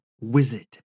wizard